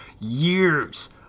Years